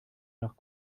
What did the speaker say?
nach